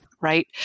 right